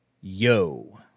yo